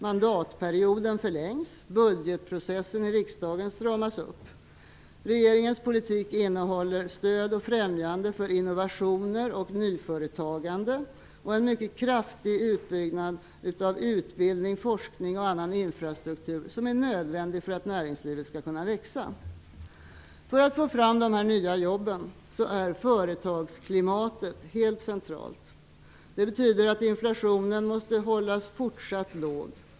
Mandatperioden förlängs, och budgetprocessen i riksdagen stramas upp. Regeringens politik innebär att innovationer och nyföretagande stöds och att utbildning, forskning och annan infrastruktur som är nödvändig för att näringslivet skall kunna växa kraftigt byggs ut. För att få fram dessa nya jobb är företagsklimatet helt centralt. Det betyder att inflationen måste hållas fortsatt låg.